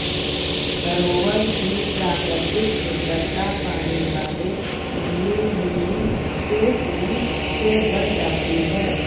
सरोवर की प्राकृतिक सुंदरता पानी वाले नीले लिली के फूल से बढ़ जाती है